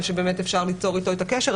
ושבאמת אפשר ליצור אתו את הקשר.